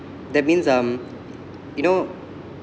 that means um you know